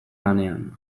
lanean